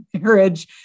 marriage